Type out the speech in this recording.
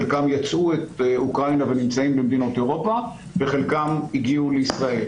חלקם יצאו את אוקראינה ונמצאים במדינות אירופה וחלקם הגיעו לישראל.